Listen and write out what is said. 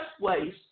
ways